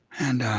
and